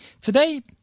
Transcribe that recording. Today